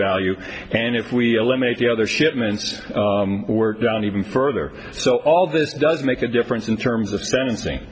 value and if we eliminate the other shipments were down even further so all this does make a difference in terms of spending th